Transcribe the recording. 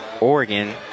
Oregon